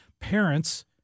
parents—